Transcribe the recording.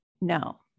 no